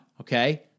okay